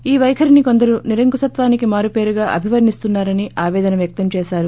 ఈ వైఖరినో కొందరు నిరంకుశత్వానికి మారుపేరుగా అభివర్ణిస్తున్నా రని ఆపేదన వ్యక్తం చేశారు